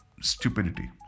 stupidity